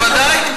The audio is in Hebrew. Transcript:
בוודאי.